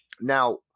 Now